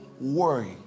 worry